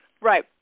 Right